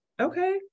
Okay